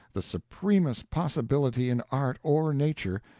the supremest possibility in art or nature,